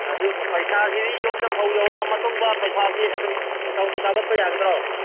ꯑꯗꯨ ꯄꯩꯁꯥꯁꯤꯗꯤ ꯌꯨꯝꯗ ꯐꯧ ꯌꯧꯔꯛꯑ ꯃꯇꯨꯡꯗ ꯄꯩꯁꯥꯁꯤ ꯑꯗꯨꯝ ꯑꯦꯀꯥꯎꯟꯇ ꯀꯥꯞꯂꯛꯄ ꯌꯥꯒꯗ꯭ꯔꯣ